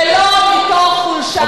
ולא מתוך חולשה.